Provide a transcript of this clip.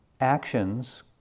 Actions